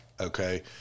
Okay